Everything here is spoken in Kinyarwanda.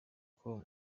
com